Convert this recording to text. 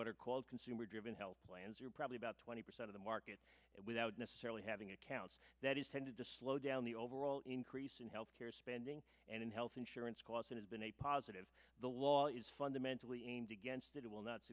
what are called consumer driven health plans are probably about twenty percent of the market without necessarily having accounts that is tended to slow down the overall increase in health care spending and in health insurance costs it has been a positive the law is fundamentally aimed against that it will not